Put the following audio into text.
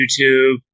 YouTube